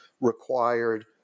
required